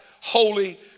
holy